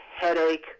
headache